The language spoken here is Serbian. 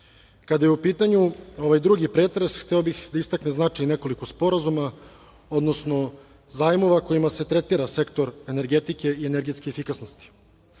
je u pitanju ovaj drugi pretres, hteo bih da istaknem značaj nekoliko sporazuma, odnosno zajmova kojima se tretira sektor energetike i energetske efikasnosti. Dana,